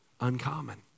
Uncommon